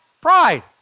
Pride